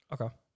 Okay